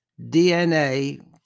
DNA